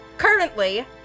Currently